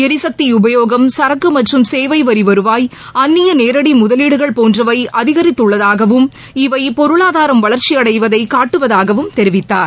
எரிசக்தி உபயோகம் சரக்கு மற்றும் சேவை வரி வருவாய் அன்னிய நேரடி முதலீடுகள் போன்றவை அதிகரித்துள்ளதாகவும் இவை பொருளாதாரம் வளர்ச்சியடைவதை காட்டுவதாகவும் தெரிவித்தார்